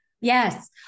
Yes